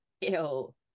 Ew